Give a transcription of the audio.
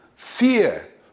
Fear